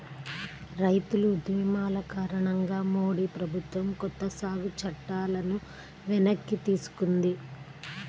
రైతు ఉద్యమాల కారణంగా మోడీ ప్రభుత్వం కొత్త సాగు చట్టాలను వెనక్కి తీసుకుంది